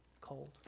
cold